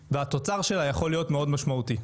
והתוצר שלה יכול להיות מאוד משמעותי.